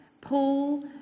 Paul